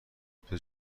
قطب